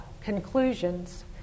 conclusions